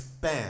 bam